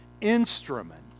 instrument